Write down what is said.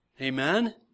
Amen